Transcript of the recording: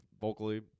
vocally